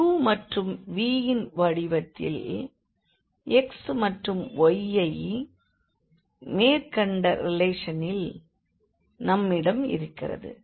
u மற்றும் v இன் வடிவத்தில் x மற்றும் y ஐ மேற்கண்ட ரிலேஷனில் நம்மிடம் இருக்கிறது